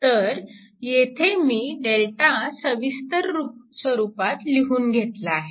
तर येथे मी Δ सविस्तर स्वरूपात लिहून घेतला आहे